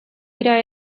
dira